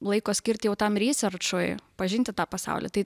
laiko skirti jau tam ryserčui pažinti tą pasaulį tai